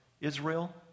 Israel